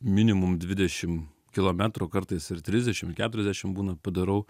minimum dvidešim kilometrų kartais ir trisdešim keturiasdešim būna padarau